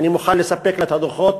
אני מוכן לספק לה את הדוחות,